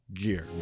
gear